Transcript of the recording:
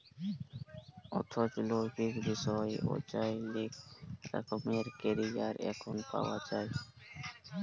অথ্থলৈতিক বিষয়ে অযায় লেক রকমের ক্যারিয়ার এখল পাউয়া যায়